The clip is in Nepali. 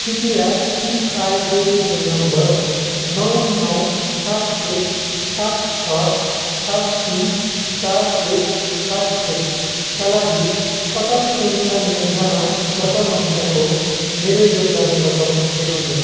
कृपया पिआरएएन नम्बर नौ नौ सात एक सात छ सात तिन चार एक सात एकका लागि अटल पेन्सन योजनामा गत महिनाको मेरो योगदान रकम देखाउनुहोस्